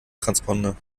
transponder